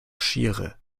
shire